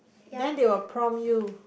then they will prompt you